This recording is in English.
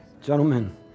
Gentlemen